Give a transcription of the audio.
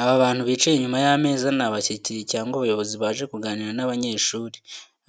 Aba bantu bicaye inyuma y'ameza ni abashyitsi cyangwa abayobozi baje kuganira n'abanyeshuri.